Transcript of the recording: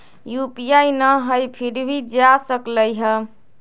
UPI न हई फिर भी जा सकलई ह?